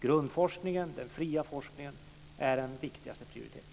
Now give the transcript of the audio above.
Grundforskningen, den fria forskningen, är den viktigaste prioriteten.